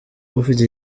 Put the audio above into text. ufite